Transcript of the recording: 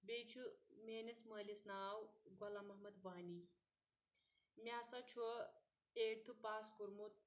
بیٚیہِ چھُ میٲنِس مٲلِس ناو غلام محمد وانی مےٚ ہسا چھُ ایٹھہٕ پاس کوٚرمُت